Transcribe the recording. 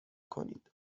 کنید